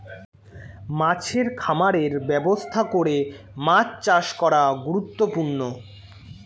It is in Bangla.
মাছের খামারের ব্যবস্থা করে মাছ চাষ করা গুরুত্বপূর্ণ